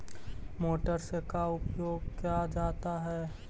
Motor से का उपयोग क्या जाता है?